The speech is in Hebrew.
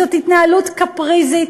זאת התנהלות קפריזית,